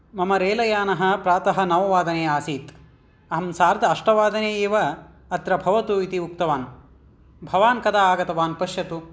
मम रेलयानः प्रातः नववादने आसीत् अहं सार्द अष्टवादने एव अत्र भवतु इति उक्तवान् भवान् कदा आगतवान् पश्यतु